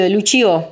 Lucio